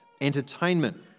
entertainment